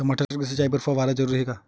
टमाटर के सिंचाई बर फव्वारा जरूरी हे का?